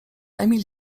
emil